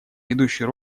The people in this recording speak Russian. ведущую